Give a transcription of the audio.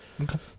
Okay